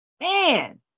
man